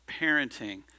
parenting